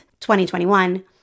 2021